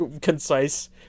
concise